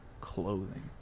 clothing